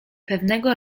pewnego